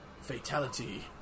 Fatality